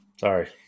Sorry